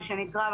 מה שנקרא,